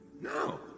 No